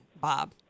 Bob